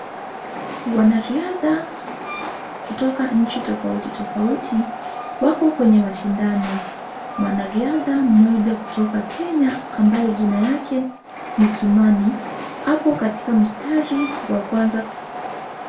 Wanariadha kutoka nchi tofauti tofauti wako kwenye mashindano. Mwanariadha mmoja kutoka Kenya ambaye jina yake ni Kimani, ako katika mstari wa kwanza.